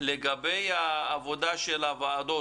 לגבי עבודת הוועדות,